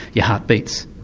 your heart beats.